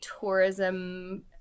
tourism